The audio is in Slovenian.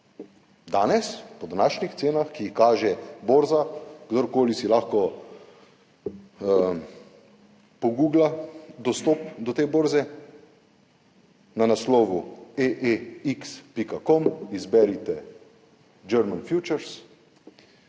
Danes, po današnjih cenah, ki jih kaže borza, kdorkoli si lahko pogugla dostop do te borze na naslovu www.eex.com, izberite German Futures,